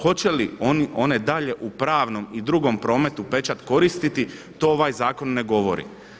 Hoće li one dalje u pravnom i drugom prometu pečat koristiti to ovaj zakon ne govori.